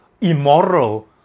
immoral